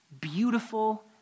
beautiful